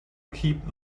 keep